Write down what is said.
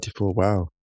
Wow